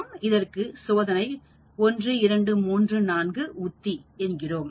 நாம் இதற்கு சோதனை 1234 உத்தி என்கிறோம்